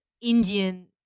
Indian